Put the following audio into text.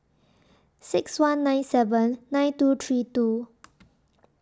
six one nine seven nine two three two